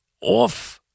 off